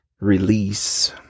release